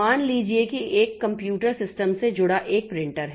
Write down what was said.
मान लीजिए कि एक कंप्यूटर सिस्टम से जुड़ा एक प्रिंटर है